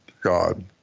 God